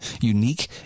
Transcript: unique